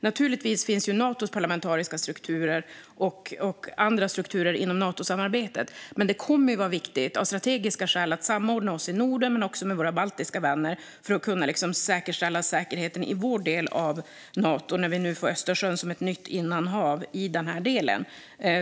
Naturligtvis finns Natos parlamentariska strukturer och andra strukturer inom Natosamarbetet, men det kommer att vara viktigt av strategiska skäl att samordna oss i Norden, men också med våra baltiska vänner, för att kunna säkerställa säkerheten i vår del av Nato när vi nu får Östersjön som ett nytt innanhav i den här delen.